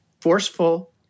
forceful